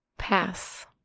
Pass